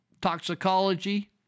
Toxicology